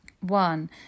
one